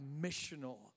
missional